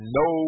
no